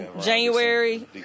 January